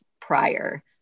prior